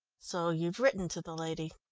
so you've written to the lady.